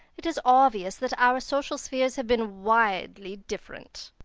it is obvious that our social spheres have been widely different.